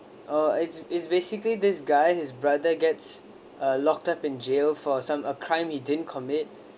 uh it's it's basically this guy his brother gets uh locked up in jail for some a crime he didn't commit